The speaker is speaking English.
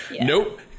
nope